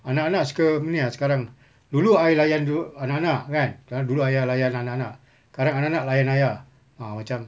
anak anak suka macam ini lah sekarang dulu ayah layan dia or~ anak anak kan kan dulu ayah layan anak anak sekarang anak anak layan ayah ah macam